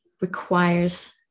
requires